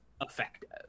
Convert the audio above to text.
effective